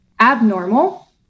abnormal